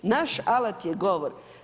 Naš alat je govor.